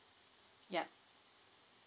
yup